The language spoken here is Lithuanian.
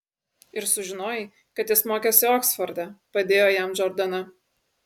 ir sužinojai kad jis mokėsi oksforde padėjo jam džordana